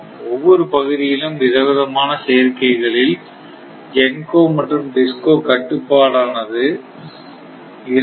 ஒவ்வொரு பகுதியிலும் விதவிதமான சேர்க்கைகளில் GENCO மற்றும் DISCO கட்டுப்பாடானது இருக்கலாம்